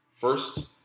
First